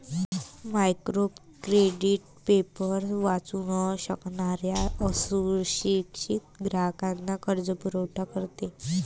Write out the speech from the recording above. micro credit paper वाचू न शकणाऱ्या अशिक्षित ग्राहकांना कर्जपुरवठा करते